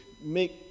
make